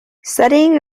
studying